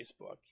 Facebook